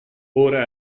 ora